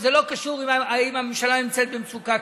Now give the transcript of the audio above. וזה לא קשור אם הממשלה נמצאת במצוקה,